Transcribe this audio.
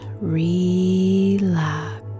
relax